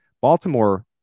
Baltimore